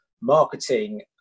marketing